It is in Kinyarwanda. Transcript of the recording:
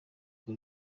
ubwo